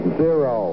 zero